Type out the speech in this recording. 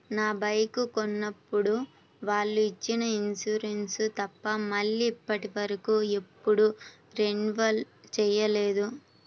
నా బైకు కొన్నప్పుడు వాళ్ళు ఇచ్చిన ఇన్సూరెన్సు తప్ప మళ్ళీ ఇప్పటివరకు ఎప్పుడూ రెన్యువల్ చేయలేదు